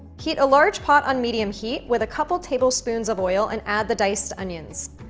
heat a large pot on medium heat with a couple tablespoons of oil and add the diced onions.